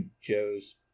Joe's